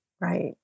Right